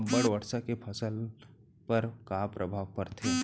अब्बड़ वर्षा के फसल पर का प्रभाव परथे?